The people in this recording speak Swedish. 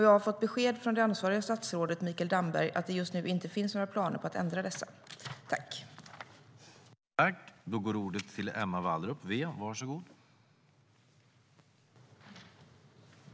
Jag har fått besked från det ansvariga statsrådet Mikael Damberg att det just nu inte finns några planer på att ändra dessa.